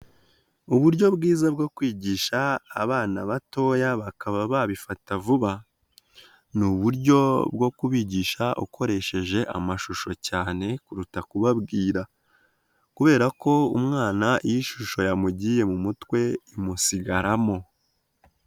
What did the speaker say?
Uburyo bwiza bwo kwigisha abana batoya bakaba babifata vuba, ni uburyo bwo kubigisha ukoresheje amashusho cyane kuruta kubabwira kubera ko umwana iyi shusho yamugiye mu mutwe imusigaramo.